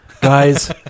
guys